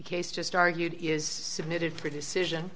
case just argued is submitted for decision